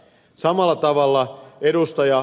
samalla tavalla ed